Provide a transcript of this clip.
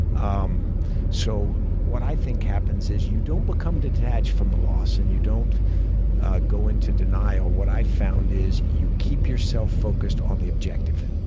um so what i think happens is, you don't become detached from the loss and you don't go into denial. what i've found is you keep yourself focused on the objective.